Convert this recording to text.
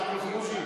מאה אחוז,